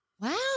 Wow